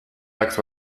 act